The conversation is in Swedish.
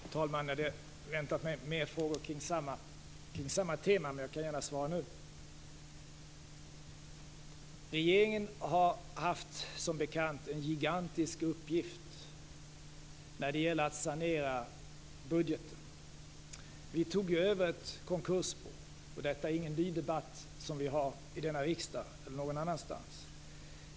Fru talman! Jag hade väntat mig fler frågor kring samma tema, men jag svarar gärna redan nu. Regeringen har, som bekant, haft en gigantisk uppgift när det gäller saneringen av budgeten. Vi tog över ett konkursbo; detta är ingen ny debatt i denna riksdag eller någon annanstans.